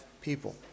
people